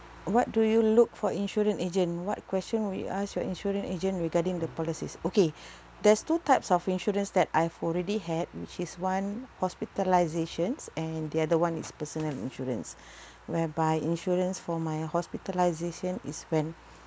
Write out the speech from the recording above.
what do you look for insurance agent what question will you ask your insurance agent regarding the policies okay there's two types of insurance that I've already had which is one hospitalisations and the other [one] is personal insurance whereby insurance for my hospitalisation is when